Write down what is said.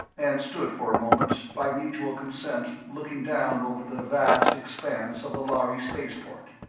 and stood for a moment, by mutual consent, looking down over the vast expanse of the lhari spaceport.